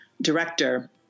director